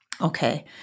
Okay